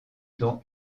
dont